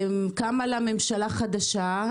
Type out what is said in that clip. קמה ממשלה חדשה,